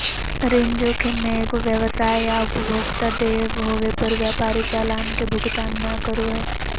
ऋण जोखिम मे एगो व्यवसाय या उपभोक्ता देय होवे पर व्यापारी चालान के भुगतान नय करो हय